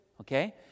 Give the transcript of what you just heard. okay